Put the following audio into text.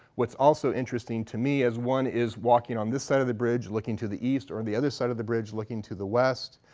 what's also interesting to me as one is walking on this side of the bridge looking to the east or on and the other side of the bridge looking to the west,